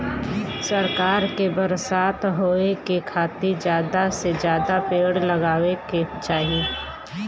सरकार के बरसात होए के खातिर जादा से जादा पेड़ लगावे के चाही